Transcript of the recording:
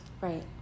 Right